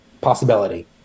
possibility